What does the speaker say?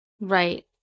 Right